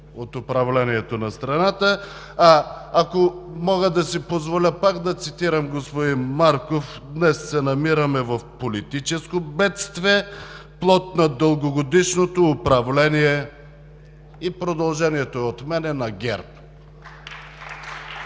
от управлението на страната. Ако мога да си позволя пак да цитирам господин Марков: „Днес се намираме в политическо бедствие, плод на дългогодишното управление…“ – и продължението е от мен – „…на ГЕРБ.“